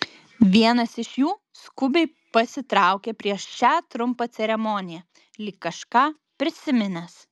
vienas iš jų skubiai pasitraukė prieš šią trumpą ceremoniją lyg kažką prisiminęs